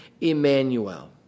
Emmanuel